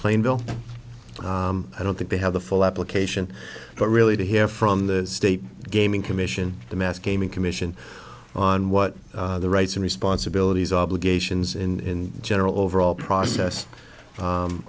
plainville i don't think they have the full application but really to hear from the state gaming commission the mass gaming commission on what the rights and responsibilities obligations in general overall process